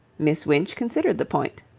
miss winch considered the point.